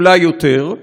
אולי יותר,